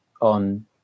on